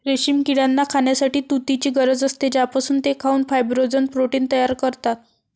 रेशीम किड्यांना खाण्यासाठी तुतीची गरज असते, ज्यापासून ते खाऊन फायब्रोइन प्रोटीन तयार करतात